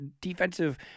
defensive